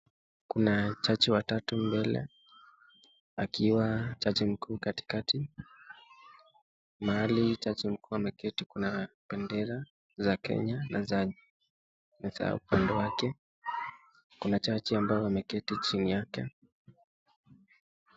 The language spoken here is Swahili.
Kuna jaji watatu mbele, akiwa jaji mkuu katikati ,mahali jaji mkuu ameketi kuna bendera za Kenya na za upande wake. Kuna jaji ambaye ameketi chini yake.